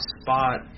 spot